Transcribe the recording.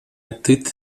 atât